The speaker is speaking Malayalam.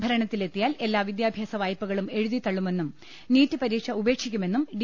ഭരണത്തിലെത്തിയാൽ എല്ലാ വിദ്യാഭ്യാസ വായ്പകളും എഴുതിത ള്ളുമെന്നും നീറ്റ് പരീക്ഷ ഉപേക്ഷിക്കുമെന്നും ഡി